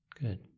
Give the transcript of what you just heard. Good